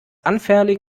unfairly